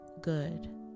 good